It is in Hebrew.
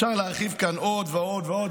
אפשר להרחיב כאן עוד ועוד ועוד,